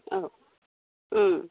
औ